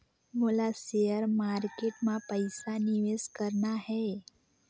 मोला share market मां पइसा निवेश करना हे?